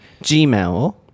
Gmail